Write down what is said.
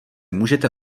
můžete